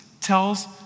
tells